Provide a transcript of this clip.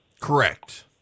Correct